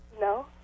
No